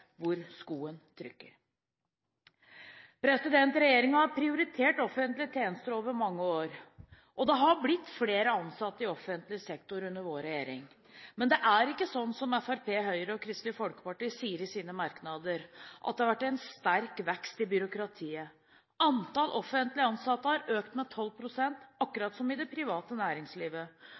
hvor skoen trykker. Regjeringen har prioritert offentlige tjenester over mange år. Det har blitt flere ansatte i offentlig sektor under vår regjering. Men det er ikke sånn som Fremskrittspartiet, Høyre og Kristelig Folkeparti sier i sine merknader, at det har vært en sterk vekst i byråkratiet. Andelen offentlig ansatte har økt med 12 pst. – akkurat som i det private